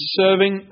serving